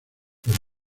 pero